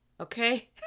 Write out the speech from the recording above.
okay